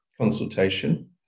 consultation